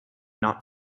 not